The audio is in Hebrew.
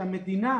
שהמדינה,